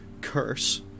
curse